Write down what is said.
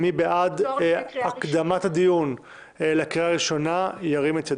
מי בעד הקדמת הדיון לקריאה ראשונה ירים את ידו?